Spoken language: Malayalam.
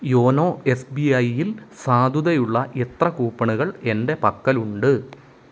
യോനോ എസ് ബി ഐയിൽ സാധുതയുള്ള എത്ര കൂപ്പണുകൾ എൻ്റെ പക്കലുണ്ട്